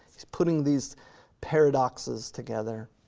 he's putting these paradoxes together.